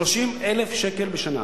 30,000 שקל בשנה?